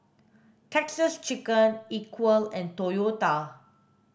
Texas Chicken Equal and Toyota